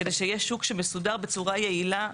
כדי שיהיה שוק שמסודר בצורה יעילה,